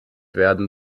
werden